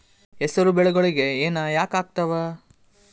ಹೆಸರು ಬೆಳಿಗೋಳಿಗಿ ಹೆನ ಯಾಕ ಆಗ್ತಾವ?